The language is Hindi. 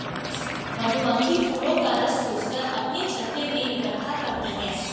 मधुमक्खी फूलों का रस चूस कर अपने छत्ते में इकट्ठा करती हैं